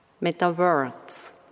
meta-words